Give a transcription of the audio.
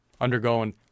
Undergoing